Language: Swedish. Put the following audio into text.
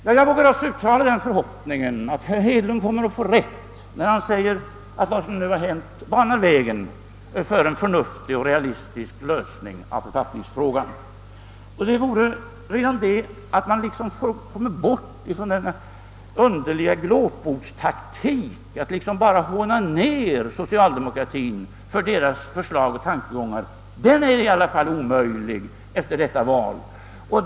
När jag alltså vågar uttala den förhoppningen att herr Hedlund kommer att få rätt, när han säger att vad som nu har hänt banar vägen för en förnuf tig och realistisk lösning av författningsfrågan, vill jag tillägga att det vore bra, om man kunde komma bort från den underliga glåpordstaktik som innebär att man hånar socialdemokratien för dess förslag och tankegångar. Den är i alla fall omöjlig efter detta val.